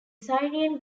syrian